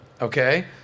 okay